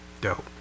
Dope